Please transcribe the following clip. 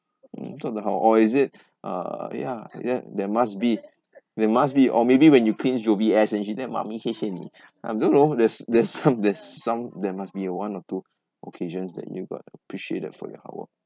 mm 做得好 or is it uh ya ya there must be there must be or maybe when you cleans jovie's ass and she said mummy 谢谢你 I don't know there's there's some there's some there must be a one or two occasions that you got appreciated for your hard work